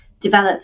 develop